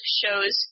shows